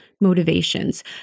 motivations